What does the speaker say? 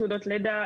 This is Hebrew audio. תעודות לידה,